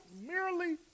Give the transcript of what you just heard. merely